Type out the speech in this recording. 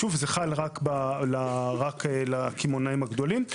זה חל רק על הקמעונאיים הגדולים.